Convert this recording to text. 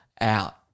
out